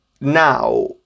now